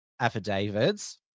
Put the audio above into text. affidavits